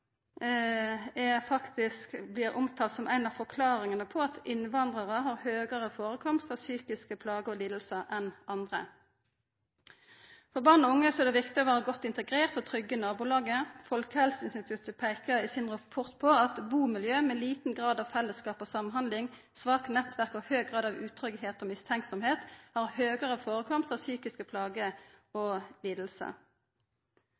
blir omtalt som ei av forklaringane på at innvandrarar har høgare førekomst av psykiske plager og lidingar enn andre. For barn og unge er det viktig å vera godt integrerte og trygge i nabolaget. Folkehelseinstituttet peikar i sin rapport på at bumiljø med liten grad av fellesskap og samhandling, svake nettverk og høg grad av utryggleik og mistanke har høgare førekomst av psykiske plager